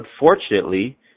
unfortunately